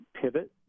pivot